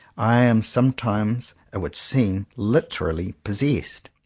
i am sometimes, it would seem, literally possessed.